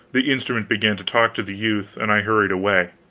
the instrument began to talk to the youth and i hurried away.